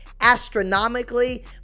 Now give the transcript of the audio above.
astronomically